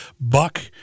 buck